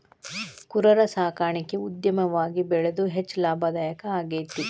ಕುರರ ಸಾಕಾಣಿಕೆ ಉದ್ಯಮವಾಗಿ ಬೆಳದು ಹೆಚ್ಚ ಲಾಭದಾಯಕಾ ಆಗೇತಿ